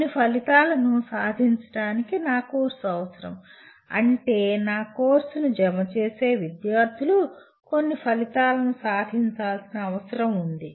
కొన్ని ఫలితాలను సాధించడానికి నా కోర్సు అవసరం అంటే నా కోర్సును జమ చేసే విద్యార్థులు కొన్ని ఫలితాలను సాధించాల్సిన అవసరం ఉంది